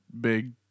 big